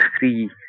three